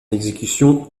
exécution